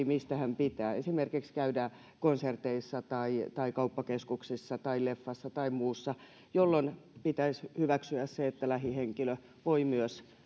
mistä hän pitää esimerkiksi käymisestä konserteissa tai tai kauppakeskuksessa tai leffassa tai muussa jolloin pitäisi hyväksyä se että lähihenkilö voi sitten myös